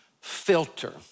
filter